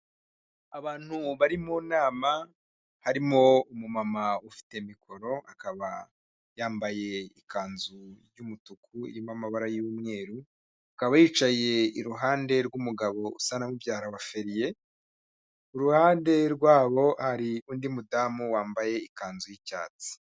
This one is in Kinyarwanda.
Abantu bari mu nama harimo umumama ufite mikoro akaba yambaye ikanzu y'umutuku irimo amabara y'umweru, akaba yicaye iruhande rw'umugabo usa na mubyara wa Feriye, iruhande rwabo hari undi mudamu wambaye ikanzu y'icyatsi.